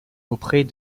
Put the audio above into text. auprès